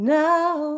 now